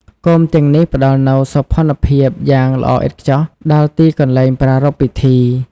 គោមទាំងនេះផ្តល់នូវសោភ័ណភាពយ៉ាងល្អឥតខ្ចោះដល់ទីកន្លែងប្រារព្ធពិធី។